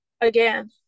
Again